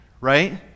right